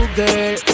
girl